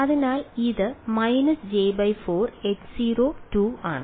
അതിനാൽ ഇത് − j4H0 ആണ്